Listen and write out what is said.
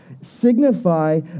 signify